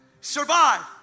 Survive